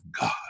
God